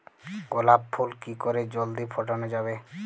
গোলাপ ফুল কি করে জলদি ফোটানো যাবে?